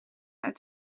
uit